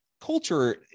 culture